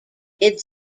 did